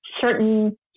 certain